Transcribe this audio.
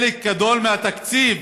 חלק גדול מהתקציב